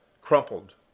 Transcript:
Crumpled